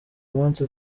munsi